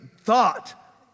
thought